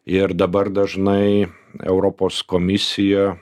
ir dabar dažnai europos komisija